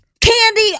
candy